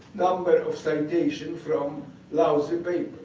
number of citation from lousy paper.